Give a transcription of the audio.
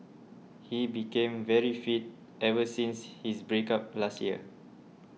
he became very fit ever since his break up last year